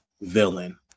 villain